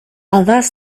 others